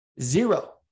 Zero